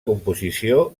composició